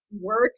work